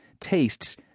tastes